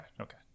okay